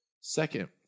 Second